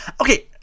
Okay